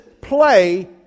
play